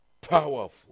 powerful